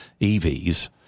EVs